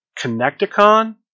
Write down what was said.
Connecticon